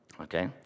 okay